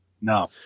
No